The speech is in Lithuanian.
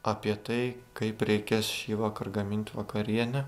apie tai kaip reikės šįvakar gamint vakarienę